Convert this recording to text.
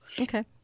okay